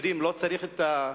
היהודים לא צריכים את הפסיכומטרי,